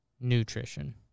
Nutrition